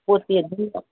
ꯄꯣꯠꯇꯤ ꯑꯗꯨꯝ